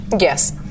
Yes